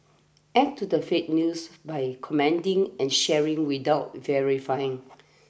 add to the fake news by commenting and sharing without verifying